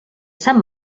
sant